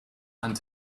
hand